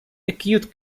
acute